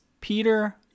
Peter